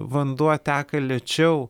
vanduo teka lėčiau